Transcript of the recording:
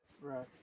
Right